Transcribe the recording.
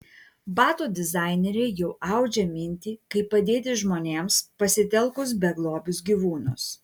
batų dizainerė jau audžia mintį kaip padėti žmonėms pasitelkus beglobius gyvūnus